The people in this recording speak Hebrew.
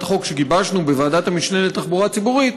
החוק שגיבשנו בוועדת המשנה לתחבורה ציבורית,